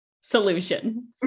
solution